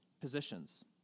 positions